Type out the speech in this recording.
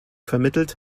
vermittelt